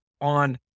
on